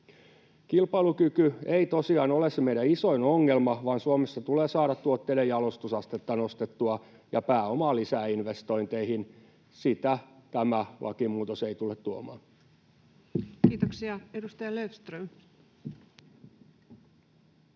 Kilpailukyky ei tosiaan ole se meidän isoin ongelma, vaan Suomessa tulee saada tuotteiden jalostusastetta nostettua ja pääomaa lisäinvestointeihin. Sitä tämä lakimuutos ei tule tuomaan. Kiitoksia. — Edustaja Löfström.